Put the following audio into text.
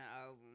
album